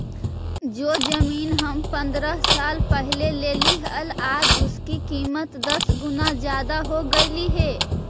जो जमीन हम पंद्रह साल पहले लेली हल, आज उसकी कीमत दस गुना जादा हो गेलई हे